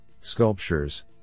sculptures